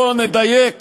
בואו נדייק,